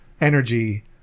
energy